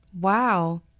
Wow